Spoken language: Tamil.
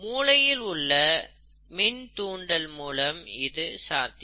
மூளையில் உள்ள மின் தூண்டல் மூலம் இது சாத்தியம்